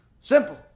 Simple